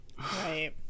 right